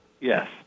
Yes